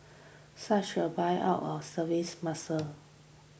such a buyout will services muscle